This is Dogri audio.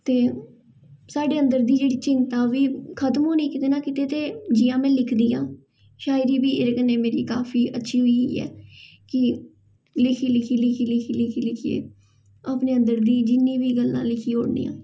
ते साढ़ी अंदर दी जेह्ड़ी चिंता बी खत्म होनी कित्ते ना कित्ते ते जियां में लिखदियां शायरी बी इ'दे कन्नै मेरी काफी अच्छी होई ऐ कि लिखी लिखी लिखी लिखी अपने अंदर दी जिन्नियां बी गल्लां न लिखी ओड़नी आं